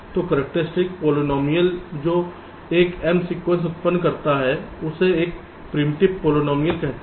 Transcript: तो characteristics polynomial जो एक m सीक्वेंस उत्पन्न करता है उसे एक प्रिमिटिव पोलीनोमिअल कहते हैं